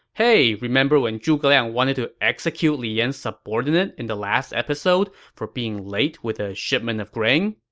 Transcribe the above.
hey remember when zhuge liang wanted to execute li yan's subordinate in the last episode for being late with a shipment of grain?